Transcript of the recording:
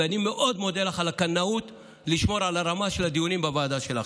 אני מאוד מודה לך על הקנאות לשמור על הרמה של הדיונים בוועדה שלך.